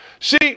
see